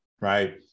Right